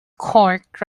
cork